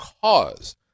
cause